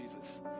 Jesus